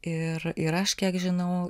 ir ir aš kiek žinau